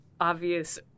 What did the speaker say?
obvious